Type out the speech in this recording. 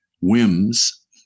whims